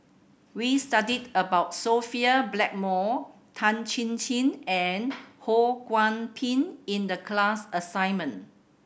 we studied about Sophia Blackmore Tan Chin Chin and Ho Kwon Ping in the class assignment